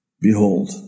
Behold